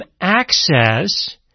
access